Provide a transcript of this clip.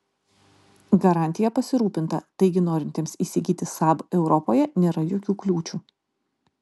garantija pasirūpinta taigi norintiems įsigyti saab europoje nėra jokių kliūčių